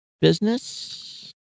business